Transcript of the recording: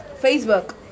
facebook